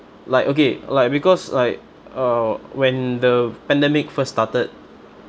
like okay like because like uh when the pandemic first started